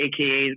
aka